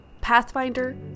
Pathfinder